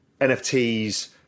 NFTs